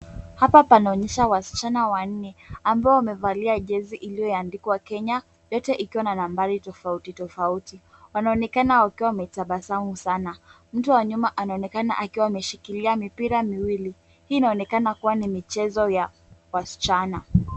Hapa panaonyesha wasichana wanne, ambao wamevalia jezi iliyoandikwa Kenya yote ikiwa na nambari tofautitofauti. Wanaonekana wakiwa wametabasamu sana. Mtu wa nyuma anaonekana akiwa ameshikilia mipira miwili. Hii inaonekana kuwa michezo ya wasichana.